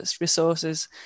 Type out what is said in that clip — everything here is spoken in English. resources